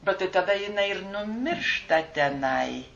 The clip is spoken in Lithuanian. bet tai tada jinai ir numiršta tenai